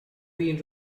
been